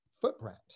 footprint